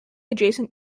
adjacent